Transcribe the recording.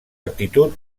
actitud